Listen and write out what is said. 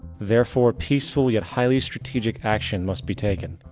therefore, peacefully a highly strategic action must be taken.